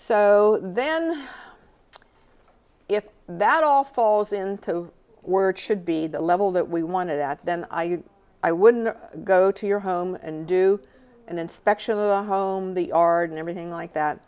so then if that all falls into word should be the level that we wanted that then i wouldn't go to your home and do an inspection of the home the art and everything like that